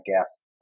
guess